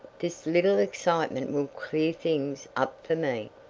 this little excitement will clear things up for me.